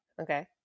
Okay